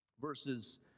verses